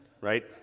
Right